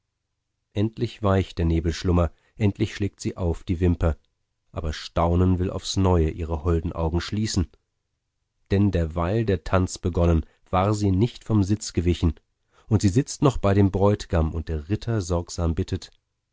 endlich weicht der nebelschlummer endlich schlägt sie auf die wimper aber staunen will aufs neue ihre holden augen schließen denn derweil der tanz begonnen war sie nicht vom sitz gewichen und sie sitzt noch bei dem bräutgam und der ritter sorgsam bittet